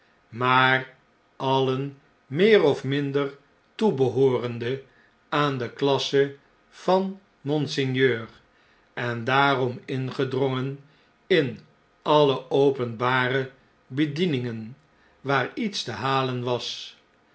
maar alien meer of minder toebehoorende aan de masse van monseigneur en daarom ingedrongen in alle openbare bedieningen waar iets te halen was